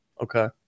Okay